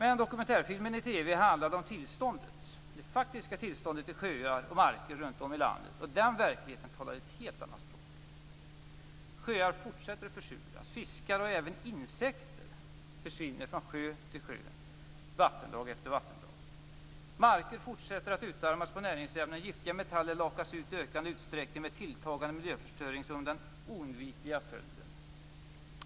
Men dokumentärfilmen på TV handlade om det faktiska tillståndet i sjöar och marker runt om i landet. Den verkligheten talar ett helt annat språk. Sjöar fortsätter att försuras, fiskar och även insekter försvinner från sjö efter sjö, vattendrag efter vattendrag. Marker fortsätter att utarmas på näringsämnen. Giftiga metaller lakas ut i ökande utsträckning med tilltagande miljöförstöring som den oundvikliga följden.